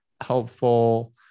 helpful